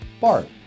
Bart